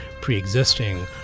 pre-existing